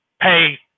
pay